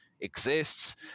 exists